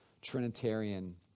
Trinitarian